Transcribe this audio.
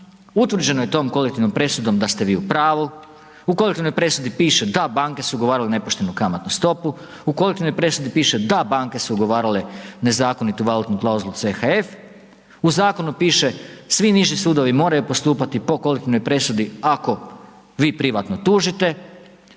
utvrđeno je tom kolektivnom presudom da ste vi u pravu, u kolektivnoj presudi piše, da banke su ugovarale nepoštenu kamatnu stopu, u kolektivnoj presudi piše, da banke su ugovarale nezakonitu valutnu klauzulu CHF. U zakonu piše, svi niži sudovi moraju postupati po kolektivnoj presudi ako vi privatno tužite.